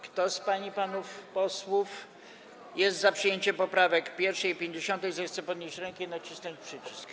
Kto z pań i panów posłów jest za przyjęciem poprawek 1. i 50., zechce podnieść rękę i nacisnąć przycisk.